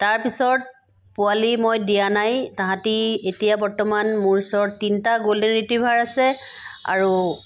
তাৰ পাছত পোৱালি মই দিয়া নাই তাঁহাতি এতিয়া বৰ্তমান মোৰ ওচৰত তিনটা গল্ডেন ৰিটৰাইভাৰ আছে আৰু